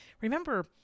Remember